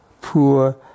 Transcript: poor